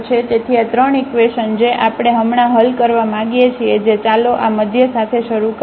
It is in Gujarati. તેથી આ ત્રણ ઇકવેશન જે આપણે હમણાં હલ કરવા માંગીએ છીએ જે ચાલો આ મધ્ય સાથે શરૂ કરીએ